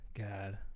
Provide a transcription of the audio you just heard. God